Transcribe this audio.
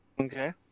Okay